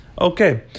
Okay